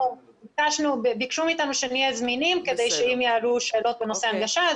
ביקשו מאיתנו שנהיה זמינים כדי שאם יעלו שאלות בנושא הנגשה,